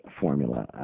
formula